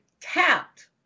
tapped